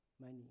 Money